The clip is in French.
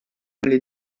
les